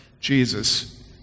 Jesus